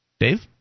Dave